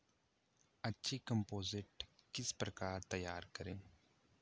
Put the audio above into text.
अच्छी कम्पोस्ट किस प्रकार तैयार करें?